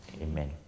amen